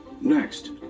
Next